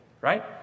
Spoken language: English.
right